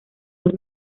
dos